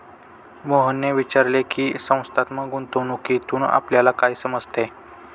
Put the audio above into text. मोहनने विचारले की, संस्थात्मक गुंतवणूकीतून आपल्याला काय समजते?